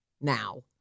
now